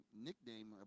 nickname